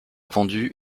vendu